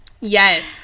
Yes